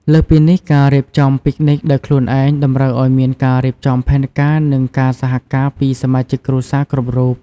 លើសពីនេះ ការរៀបចំពិកនិចដោយខ្លួនឯងតម្រូវឲ្យមានការរៀបចំផែនការនិងការសហការពីសមាជិកគ្រួសារគ្រប់រូប។